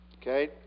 Okay